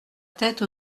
tête